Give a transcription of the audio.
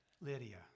Lydia